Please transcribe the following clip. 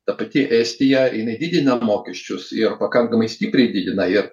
ta pati estija jinai didina mokesčius ir pakankamai stipriai didina ir